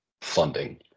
funding